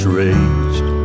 raised